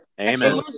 amen